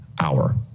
hour